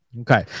Okay